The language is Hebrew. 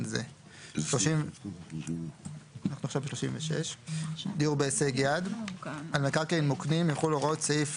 זה; דיור בהישג יד 36. על מקרקעין מוקנים יחולו הוראות סעיף